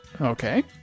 Okay